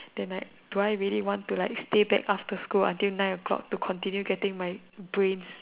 then I do I really want to like stay back after school until nine o-clock to continue getting my brains